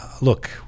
look